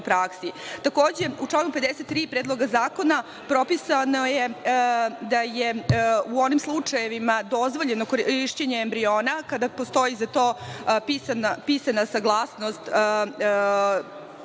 praksi. Takođe, u članu 53. Predloga zakona propisano je da je u onim slučajevima dozvoljeno korišćenje embriona, kada postoji za to pisana saglasnost